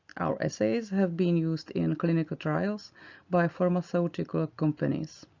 our assays have been used in clinical trials by pharmaceutical ah companies.